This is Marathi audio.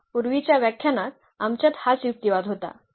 पुन्हा पूर्वीच्या व्याख्यानात आमच्यात हाच युक्तिवाद होता